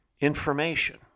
information